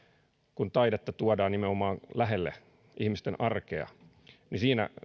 kun taidetta tuodaan nimenomaan lähelle ihmisten arkea niin siinä